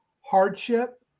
hardship